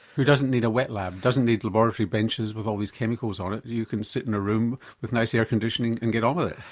who doesn't need a wet lab, doesn't need laboratory benches with all these chemicals on it, you can sit in a room with nice air conditioning and get on with it.